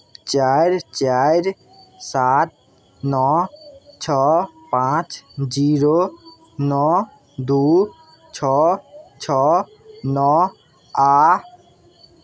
चारि चारि सात नओ छओ पाँच जीरो नओ दू छओ छओ नओ आ